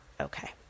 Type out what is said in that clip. Okay